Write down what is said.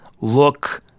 look